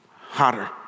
hotter